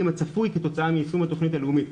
הצפוי כתוצאה מיישום התוכנית הלאומית.